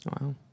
Wow